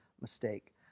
mistake